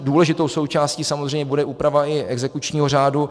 Důležitou součástí samozřejmě bude úprava exekučního řádu.